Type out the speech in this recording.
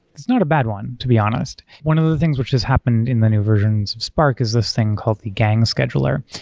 it's not a bad one, to be honest. one of the things which has happened in the new versions of spark is this thing called gang scheduler,